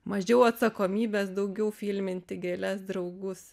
mažiau atsakomybės daugiau filminti gėles draugus